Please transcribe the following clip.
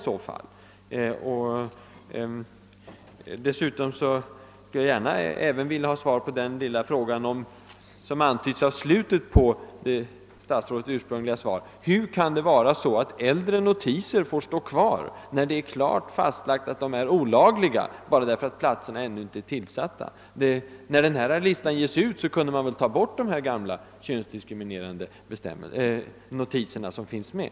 Slutligen skulle jag också gärna vilja ha svar på den lilla fråga som föranled des av slutet på statsrådets ursprungliga svar: Hur kan äldre notiser få stå kvar, när det är klart utsagt och fastslaget att de är olagliga, bara därför att platserna ännu inte är tillsatta? När den aktuella listan sändes ut kunde man väl ha tagit bort de gamla könsdiskriminerande notiserna som finns med?